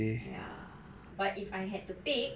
ya but if I had to pick